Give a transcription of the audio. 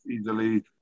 easily